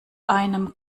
einem